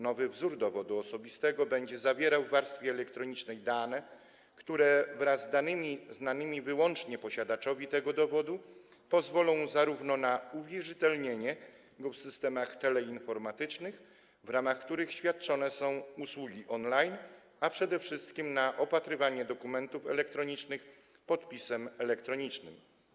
Nowy wzór dowodu osobistego będzie zawierał w warstwie elektronicznej dane, które wraz z danymi znanymi wyłącznie posiadaczowi tego dowodu pozwolą zarówno na uwierzytelnienie go w systemach teleinformatycznych, w ramach których świadczone są usługi on-line, jak również przede wszystkim na opatrywanie dokumentów elektronicznych podpisem elektronicznym.